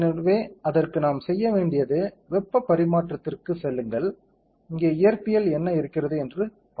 எனவே அதற்கு நாம் செய்ய வேண்டியது வெப்பப் பரிமாற்றத்திற்குச் செல்லுங்கள் இங்கே இயற்பியல் என்ன இருக்கிறது என்று பார்ப்போம்